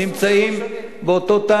נמצאים באותו טנק, עכשיו תעשו שלוש שנים.